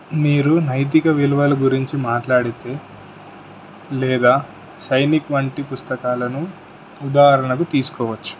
మీరు నైతిక విలువల గురించి మాట్లాడితే లేదా సైనిక్ వంటి పుస్తకాలను ఉదాహరణకు తీసుకోవచ్చు